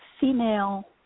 female